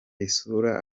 isura